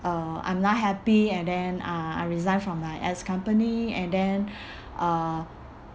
uh I'm not happy and then uh I resign from my ex company and then uh